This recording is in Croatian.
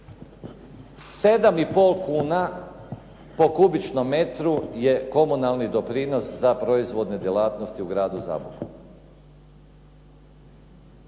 7,5 kuna po kubičnom metru je komunalni doprinos za proizvodne djelatnosti u gradu Zaboku.